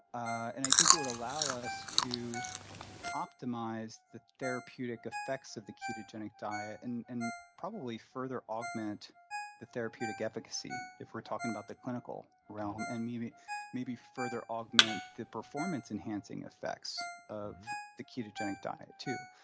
and i think it would allow us to optimize the therapeutic effects of the ketogenic diet and and probably further augment the therapeutic efficacy if we're talking about the clinical realm and maybe maybe further augment the performance-enhancing effects of the ketogenic diet too.